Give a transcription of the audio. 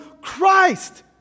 Christ